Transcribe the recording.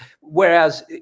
whereas